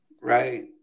Right